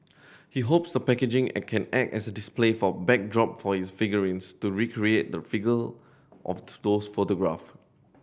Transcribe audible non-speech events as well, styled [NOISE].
he hopes the packaging can act as a display backdrop for his figurines to recreate the [UNINTELLIGIBLE] of to those photographs